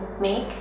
make